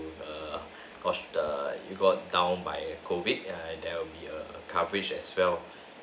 err because the you got down by a COVID there will be a coverage as well